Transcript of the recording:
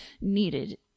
needed